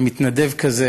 כשמתנדב כזה